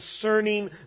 concerning